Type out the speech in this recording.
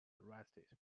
arrested